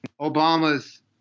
Obama's